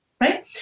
right